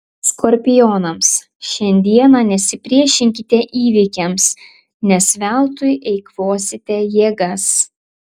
skorpionams šiandieną nesipriešinkite įvykiams nes veltui eikvosite jėgas